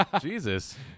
Jesus